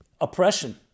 oppression